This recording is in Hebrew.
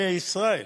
ישראל.